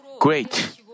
great